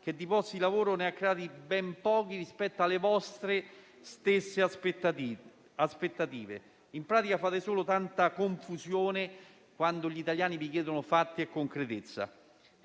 che di posti di lavoro ne ha creati ben pochi rispetto alle vostre stesse aspettative. In pratica, fate solo tanta confusione quando gli italiani vi chiedono fatti e concretezza.